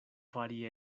fari